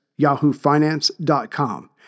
yahoofinance.com